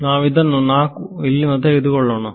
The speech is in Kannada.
ನಾವು ಇದನ್ನು 4 ಇಲ್ಲಿಂದ ತೆಗೆದುಕೊಳ್ಳೋಣ